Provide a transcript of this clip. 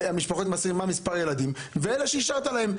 מה מספר הילדים ואלה שאישרת להם.